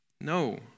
No